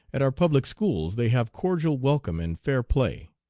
at our public schools they have cordial welcome and fair play.